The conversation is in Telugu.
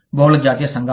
బహుళ జాతీయ సంఘాలు